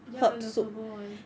ya the herbal [one]